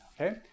okay